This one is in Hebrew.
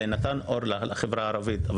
זה נתן אור מסוים בחברה הערבית,